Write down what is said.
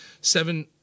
Seven